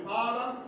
Father